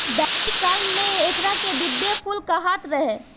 वैदिक काल में एकरा के दिव्य फूल कहात रहे